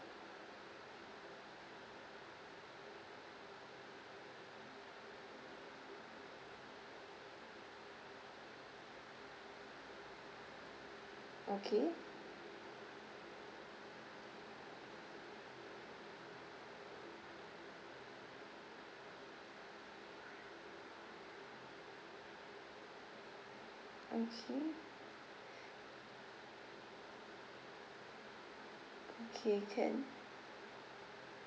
okay okay okay can